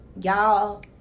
y'all